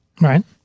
Right